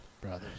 Brothers